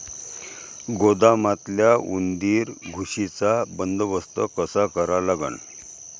गोदामातल्या उंदीर, घुशीचा बंदोबस्त कसा करा लागन?